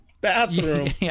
bathroom